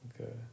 Okay